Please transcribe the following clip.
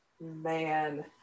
man